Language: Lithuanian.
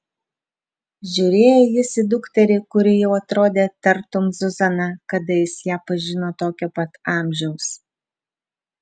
žiūrėjo jis į dukterį kuri jau atrodė tartum zuzana kada jis ją pažino tokio pat amžiaus